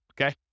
okay